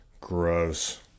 Gross